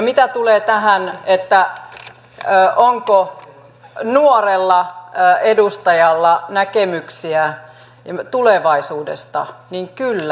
mitä tulee tähän onko nuorella edustajalla näkemyksiä tulevaisuudesta niin kyllä